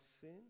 sin